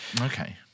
okay